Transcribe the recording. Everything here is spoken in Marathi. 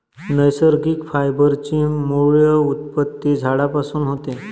नैसर्गिक फायबर ची मूळ उत्पत्ती झाडांपासून होते